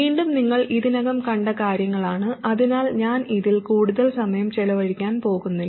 വീണ്ടും നിങ്ങൾ ഇതിനകം കണ്ട കാര്യങ്ങളാണ് അതിനാൽ ഞാൻ ഇതിൽ കൂടുതൽ സമയം ചെലവഴിക്കാൻ പോകുന്നില്ല